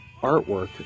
artwork